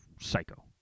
psycho